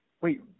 Wait